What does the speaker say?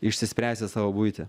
išsispręsti savo buitį